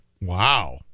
Wow